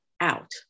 out